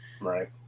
Right